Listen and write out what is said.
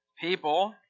people